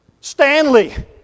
Stanley